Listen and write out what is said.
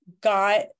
got